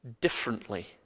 differently